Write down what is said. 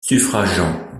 suffragant